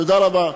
תודה רבה.